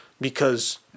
because-